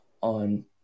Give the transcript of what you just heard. on